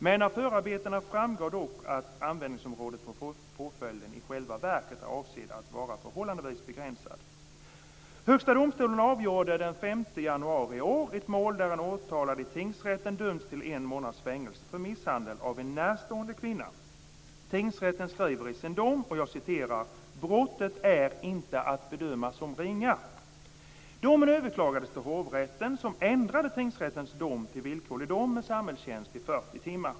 Men av förarbetena framgår dock att användningsområdet för påföljden i själva verket avser att vara förhållandevis begränsad. Tingsrätten skriver i sin dom: "Brottet är inte att bedöma som ringa." Domen överklagades till hovrätten som ändrade tingsrättens dom till villkorlig dom med samhällstjänst i 40 timmar.